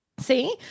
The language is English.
See